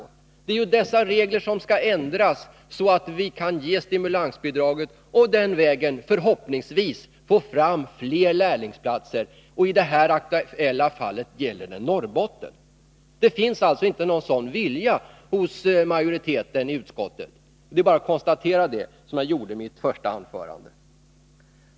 Men det är ju dessa regler som vi vill ha ändrade, så att man kan ge stimulansbidrag och den vägen förhoppningsvis få fram fler lärlingsplatser. I det här aktuella fallet gäller det Norrbotten. Det finns alltså ingen vilja hos utskottsmajoriteten att åstadkomma en sådan förändring. Det är bara att konstatera det, som jag gjorde i mitt första anförande.